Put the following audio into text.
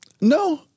No